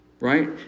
right